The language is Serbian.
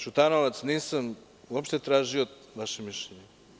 Šutanovac, nisam uopšte tražio vaše mišljenje.